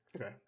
Okay